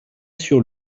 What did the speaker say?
sur